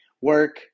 work